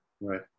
Right